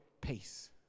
peace